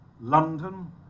London